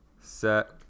Set